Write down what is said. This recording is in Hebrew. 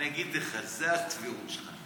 אני אגיד לך, זה הצביעות שלך.